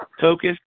focus